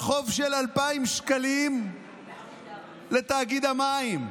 על חוב של 2,000 שקלים לתאגיד המים,